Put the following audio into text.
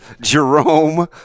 Jerome